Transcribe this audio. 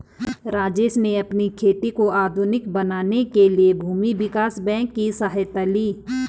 राजेश ने अपनी खेती को आधुनिक बनाने के लिए भूमि विकास बैंक की सहायता ली